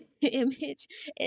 image